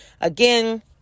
again